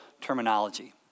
terminology